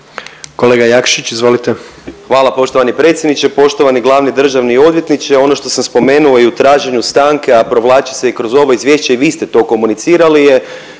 **Jakšić, Mišel (SDP)** Hvala poštovani predsjedniče. Poštovani glavni državni odvjetniče. Ono što sam spomenuo i u traženju stanke, a provlači se i kroz ovo izvješće i vi ste to komunicirali je